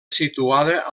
situada